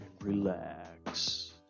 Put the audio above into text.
relax